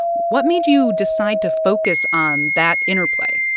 what made you decide to focus on that interplay?